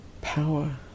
power